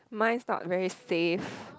mine is not very safe